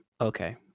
Okay